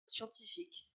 scientifique